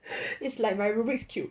it's like my rubik's cube